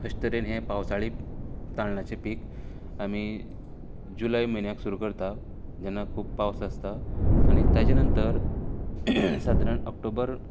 अशें तरेन ही पावसाळी तांदळाचें पीक आमी जुलय म्हयन्यांक सुरू करता जेन्ना खूब पावस आसता आनी ताचे नंतर सादारण ऑक्टोबर